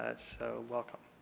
ah so welcome.